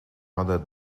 other